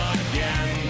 again